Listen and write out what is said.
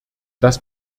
das